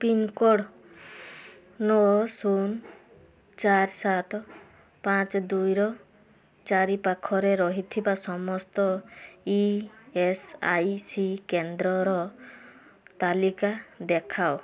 pincode ନଅ ଶୂନ ଚାରି ସାତ ପାଞ୍ଚ ଦୁଇର ଚାରିପାଖରେ ରହିଥିବା ସମସ୍ତ ଇ ଏସ୍ ଆଇ ସି କେନ୍ଦ୍ରର ତାଲିକା ଦେଖାଅ